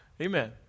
Amen